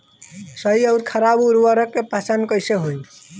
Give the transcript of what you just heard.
सही अउर खराब उर्बरक के पहचान कैसे होई?